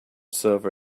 server